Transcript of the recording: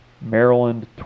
Maryland